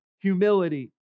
Humility